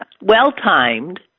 Well-timed